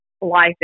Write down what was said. life